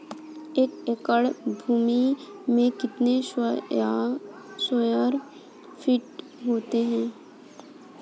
एक एकड़ भूमि में कितने स्क्वायर फिट होते हैं?